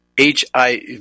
HIV